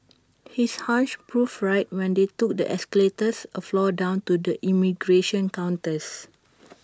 his hunch proved right when they took the escalators A floor down to the immigration counters